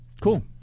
Cool